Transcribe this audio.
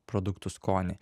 produktų skonį